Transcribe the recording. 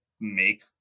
make